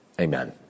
Amen